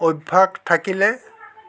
অভ্যাস থাকিলে